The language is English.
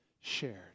shared